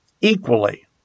equally